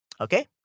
Okay